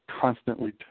constantly